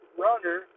runner